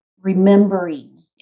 remembering